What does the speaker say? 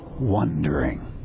wondering